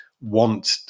want